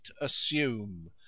assume